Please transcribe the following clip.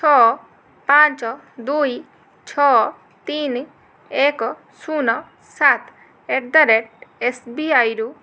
ଛଅ ପାଞ୍ଚ ଦୁଇ ଛଅ ତିନି ଏକ ଶୂନ ସାତ ଅଟ୍ ଦି ରେଟ୍ ଏସ୍ବିଆଇରୁ